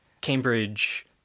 Cambridge